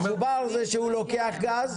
מחובר שכבר חיברו לו גז,